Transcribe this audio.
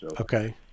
Okay